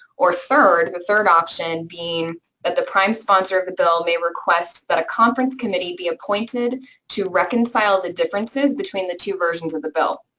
or third, the but third option being that the prime sponsor of the bill may request that a conference committee be appointed to reconcile the differences between the two versions of the bill.